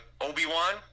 obi-wan